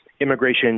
immigration